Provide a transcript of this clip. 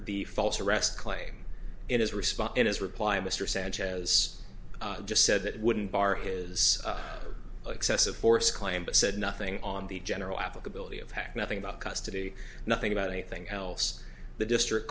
the false arrest claim in his response in his reply mr sanchez just said that wouldn't bar his excessive force claim but said nothing on the general applicability of hec nothing about custody nothing about anything else the district